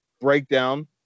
breakdown